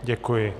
Děkuji.